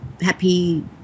happy